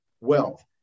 wealth